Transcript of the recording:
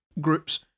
groups